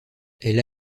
elle